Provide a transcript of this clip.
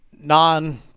non